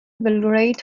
belgrade